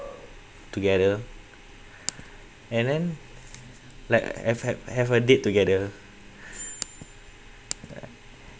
together and then like I've had have a date together